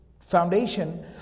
foundation